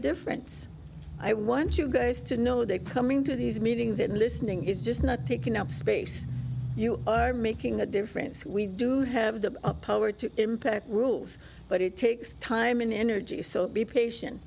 difference i want you guys to know they're coming to these meetings and listening is just not taking up space you are making a difference we do have the power to impact rules but it takes time and energy so be patient